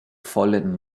fallen